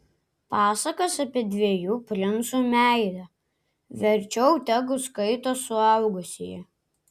pasakas apie dviejų princų meilę verčiau tegu skaito suaugusieji